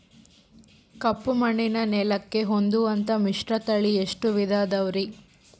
ಕಪ್ಪುಮಣ್ಣಿನ ನೆಲಕ್ಕೆ ಹೊಂದುವಂಥ ಮಿಶ್ರತಳಿ ಎಷ್ಟು ವಿಧ ಅದವರಿ?